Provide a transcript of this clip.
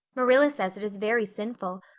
marilla says it is very sinful.